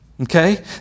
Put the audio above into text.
Okay